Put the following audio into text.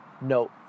No